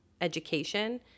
education